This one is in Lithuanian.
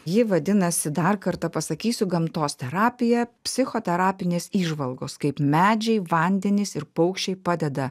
ji vadinasi dar kartą pasakysiu gamtos terapija psichoterapinės įžvalgos kaip medžiai vandenys ir paukščiai padeda